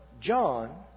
John